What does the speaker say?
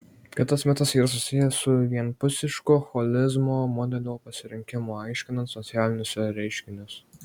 kitas mitas yra susijęs su vienpusišku holizmo modelio pasirinkimu aiškinant socialinius reiškinius